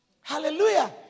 Hallelujah